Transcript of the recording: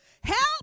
help